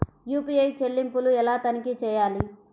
UPI చెల్లింపులు ఎలా తనిఖీ చేయాలి?